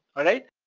alright?